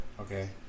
Okay